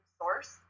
source